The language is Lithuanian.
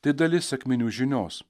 tai dalis sekminių žinios